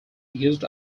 used